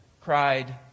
cried